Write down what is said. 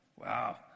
Wow